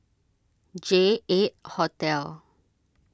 J eight Hotel